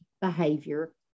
behavior